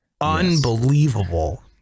unbelievable